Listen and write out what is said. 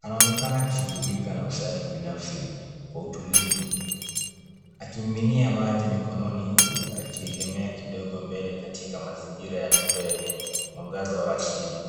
Anaonekana kushughulika na usafi binafsi kwa utulivu akimiminia maji mikononi huku akiegemea kidogo mbele katika mazingira ya nyumba yenye mwangaza wa asili.